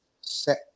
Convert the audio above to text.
set